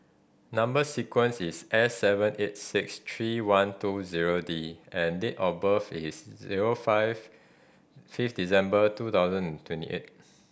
number sequence is S seven eight six three one two zero D and date of birth is zero five fifth December two thousand twenty eight